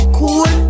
cool